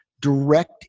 direct